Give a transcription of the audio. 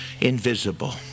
invisible